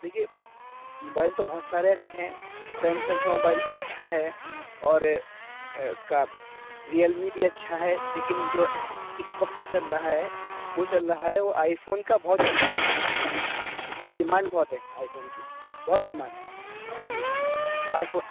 دیکھیے موبائل تو بہت سارے اچھے ہیں سیمسنگ کا موبائل بھی اچھا ہے اور اس کا ریئل می بھی اچھا ہے لیکن جو اس اس وقت جو چل رہا ہے وہ چل رہا ہے وہ آئی فون کا بہت چل رہا ہے موبائل اس کی ڈیمانڈ بہت ہے آئی فون کی بہت ڈیمانڈ جی آئی فون